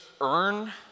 earn